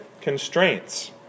constraints